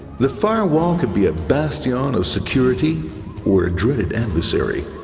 the firewall could be a bastion of security or a dreaded adversary.